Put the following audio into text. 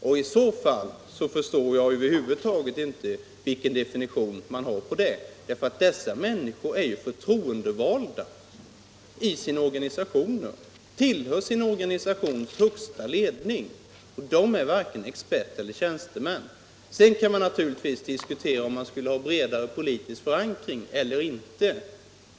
I så fall förstår jag över huvud taget inte vilken definition man har på begreppet experter och tjänstemän. De människor jag avser är förtroendevalda i sina organisationer, tillhör sin organisations högsta ledning. De är varken experter eller tjänstemän. verkningar på kulturområdet Sedan kan man naturligtvis diskutera om man skulle ha en bredare politisk förankring eller inte.